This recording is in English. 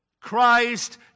Christ